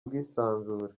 bwisanzure